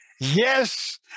Yes